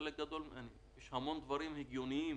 הרי יש הרבה דברים הגיוניים